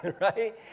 right